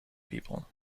people